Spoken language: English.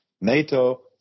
NATO